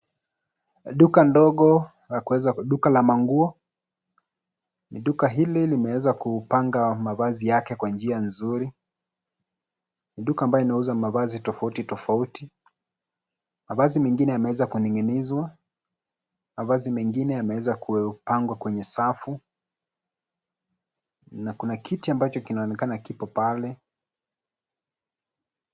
Duka ndogo, duka la manguo. Duka hili linaeza kupanga mavazi yake kwa njia nzuri. Duka ambayo inauza mavazi tofauti tofauti. Mavazi mengine yameweza kuning'inizwa. Mavazi mengine yamewezwa kupangwa kwenye safu na kuna kiti ambacho kinaonekana kipo pale.